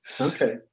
okay